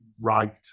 right